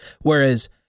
Whereas